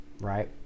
right